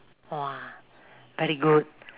!wah! very good